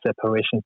separation